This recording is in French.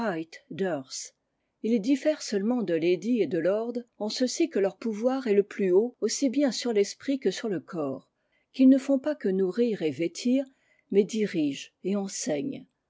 din èrent seulement de lady et de lord en ceci que teur pouvoir est le plus haut aussi bien sur l'esprit que sur le corps qu'ils ne font pas que nourrir et vêtir mais dirigent et enseignent